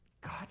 God